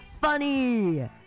funny